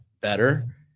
better